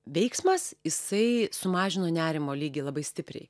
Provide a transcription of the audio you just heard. veiksmas jisai sumažino nerimo lygį labai stipriai